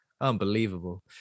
unbelievable